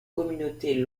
communautés